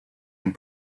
and